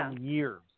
years